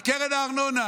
על קרן הארנונה.